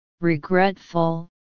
regretful